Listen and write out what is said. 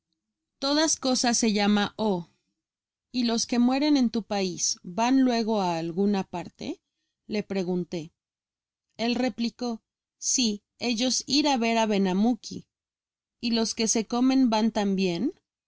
jtodas cosas se llama o s los que mueren en tu pais van luego á alguna parte le pregunté el replicó si ellos ir á ver á benamouki y los que se comen van tambien